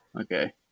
okay